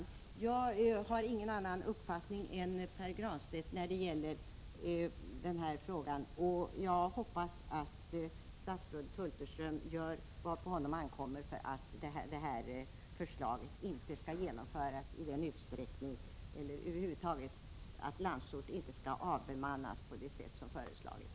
Jag har ingen annan uppfattning än Pär Granstedt i den här frågan, och jag hoppas att statsrådet Hulterström gör vad på honom ankommer för att Landsort inte skall avbemannas på det sätt som föreslagits.